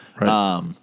Right